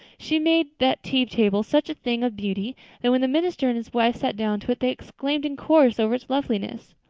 she made that tea table such a thing of beauty that when the minister and his wife sat down to it they exclaimed in chorus over it loveliness.